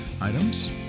items